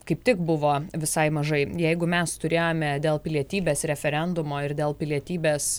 kaip tik buvo visai mažai jeigu mes turėjome dėl pilietybės referendumo ir dėl pilietybės